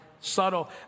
subtle